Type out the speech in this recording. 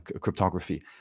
cryptography